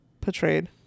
portrayed